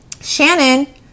Shannon